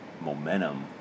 momentum